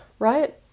right